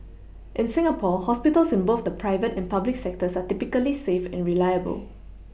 in Singapore hospitals in both the private and public sectors are typically safe and reliable